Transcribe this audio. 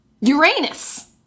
Uranus